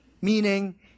Meaning